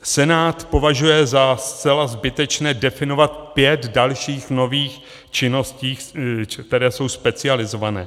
Senát považuje za zcela zbytečné definovat pět dalších nových činností, které jsou specializované.